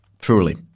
Truly